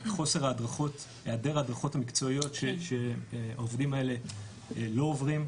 את היעדר ההדרכות המקצועיות שהעובדים האלה לא עוברים,